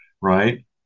right